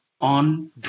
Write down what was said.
On